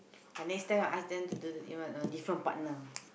I next time I ask them to the uh with different partner